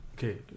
Okay